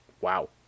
wow